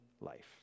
life